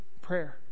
prayer